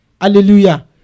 Hallelujah